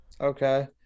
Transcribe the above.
Okay